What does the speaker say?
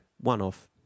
one-off